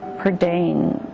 prydain